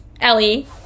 Ellie